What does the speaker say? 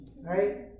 Right